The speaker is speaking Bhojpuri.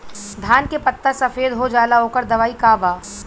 धान के पत्ता सफेद हो जाला ओकर दवाई का बा?